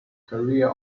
career